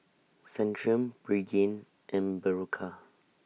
Centrum Pregain and Berocca